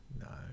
No